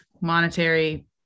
monetary